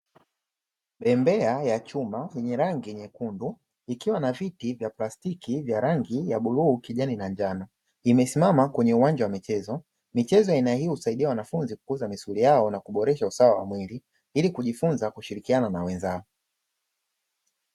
Bembea ya chuma yenye rangi nyekundu ikiwa na viti vya plastiki vya rangi ya bluu, kijani na njano. Imesimama kwenye uwanja wa michezo. Michezo ya aina hii husaidia wanafunzi kukuza misuli yao na kuboresha usawa wa mwili ili kujifunza kushirikiana na wenzao.